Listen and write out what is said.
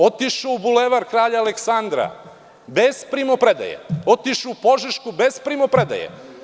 Otišao u Bulevar Kralja Aleksandra, bez primopredaje, otišao u Požešku, bez primopredaje.